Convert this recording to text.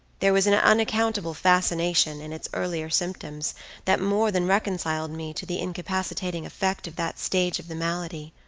there was an unaccountable fascination in its earlier symptoms that more than reconciled me to the incapacitating effect of that stage of the malady.